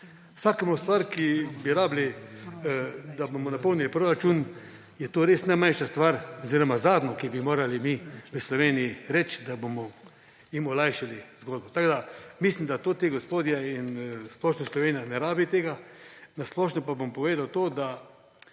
vseh stvari, ki bi jih potrebovali, da bomo napolnili proračun, je to res najmanjša stvar oziroma zadnja, ki bi jo morali mi v Sloveniji reči, da jim bomo olajšali zgodbo. Mislim, da ti gospodje in splošna Slovenija ne rabijo tega. Na splošno pa bom povedal to, da